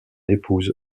épouse